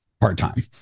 part-time